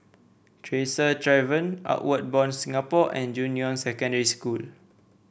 Tresor Tavern Outward Bound Singapore and Junyuan Secondary School